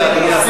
במליאה.